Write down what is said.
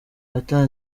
ata